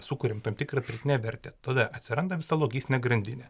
sukuriam tam tikrą pridėtinę vertę tada atsiranda visa logistinė grandinė